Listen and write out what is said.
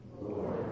Lord